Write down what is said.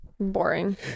Boring